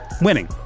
winning